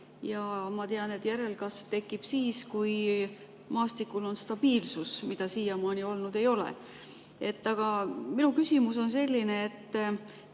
Ma tean, et järelkasv tekib siis, kui maastikul on stabiilsus, mida siiamaani olnud ei ole. Aga minu küsimus on selline: kust